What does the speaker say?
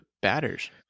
batters